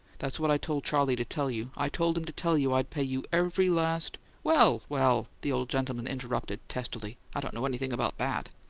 that's what i told charley to tell you. i told him to tell you i'd pay you every last well, well! the old gentleman interrupted, testily. i don't know anything about that.